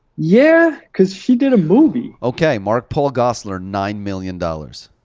yeah, cause she did a movie. okay, mark-paul gosselaar, nine million dollars.